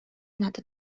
надад